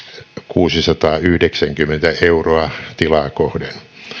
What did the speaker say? kuusisataayhdeksänkymmentä euroa tilaa kohden